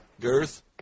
girth